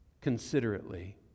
considerately